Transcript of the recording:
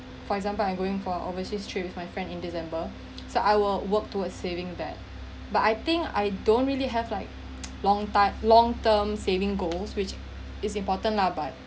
for example I going for overseas trip with my friend in december so I will work towards saving that but I think I don't really have like long time long term saving goals which is important lah but